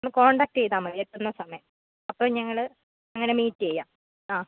ഒന്ന് കോണ്ടാക്റ്റ് ചെയ്താൽ മതി എത്തുന്ന സമയം അപ്പോൾ ഞങ്ങൾ അങ്ങനെ മീറ്റ് ചെയ്യാം ആ